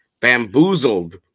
Bamboozled